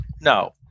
No